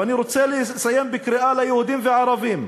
ואני רוצה לסיים בקריאה ליהודים והערבים,